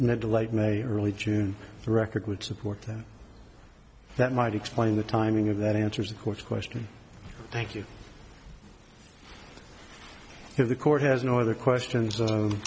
not too late may early june the record would support them that might explain the timing of that answers of course question thank you if the court has no other questions